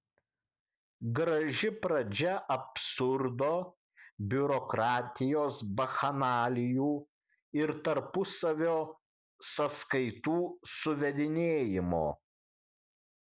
graži pradžia absurdo biurokratijos bakchanalijų ir tarpusavio sąskaitų suvedinėjimo